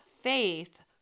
faith